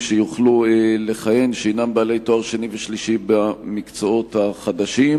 שיוכלו לכהן שהינם בעלי תואר שני ושלישי במקצועות החדשים,